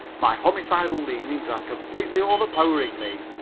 my homicidal leanings are completely over-powering me.